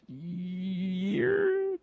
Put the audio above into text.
year